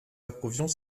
approuvions